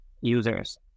users